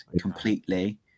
completely